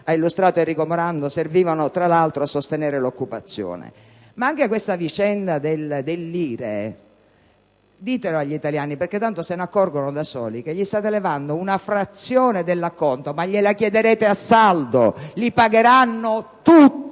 ha illustrato il senatore Morando, servivano tra l'altro a sostenere l'occupazione. Anche sulla vicenda dell'IRE, però, dovreste dire agli italiani - tanto se ne accorgeranno da soli - che gli state levando una frazione dell'acconto, ma gliela chiederete a saldo: li pagheranno tutti,